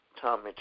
Tommy